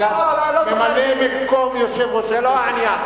ממלא-מקום יושב-ראש הכנסת,